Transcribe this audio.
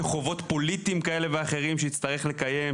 חובות פוליטיים כאלה ואחרים שיצטרך לקיים,